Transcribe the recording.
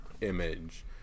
Image